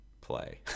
play